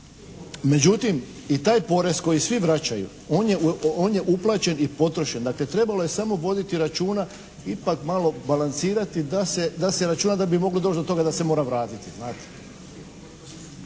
Međutim, i taj porez koji svi vraćaju on je uplaćen i potrošen, dakle trebalo je samo voditi računa ipak malo balansirati da se računa da bi moglo doći do toga da se mora vratiti.